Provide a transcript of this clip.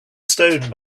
stone